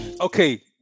okay